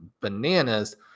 bananas